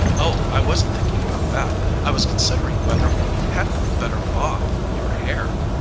oh, i wasn't thinking about that. i was considering whether we hadn't better bob your hair.